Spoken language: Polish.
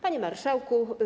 Panie Marszałku!